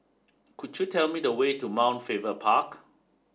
could you tell me the way to Mount Faber Park